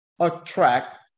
attract